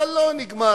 אבל לא נגמר